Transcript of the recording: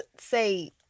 say